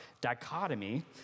dichotomy